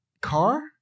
car